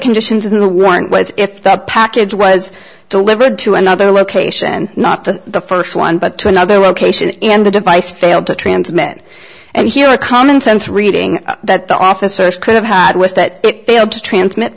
conditions in the warrant was if that package was delivered to another location not to the first one but to another location and the device failed to transmit and here a common sense reading that the officers could have had was that it failed to transmit